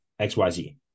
xyz